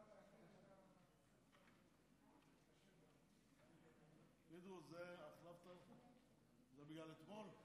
פינדרוס, זה בגלל אתמול?